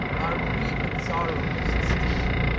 our grief and sorrow to sustain,